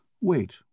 Wait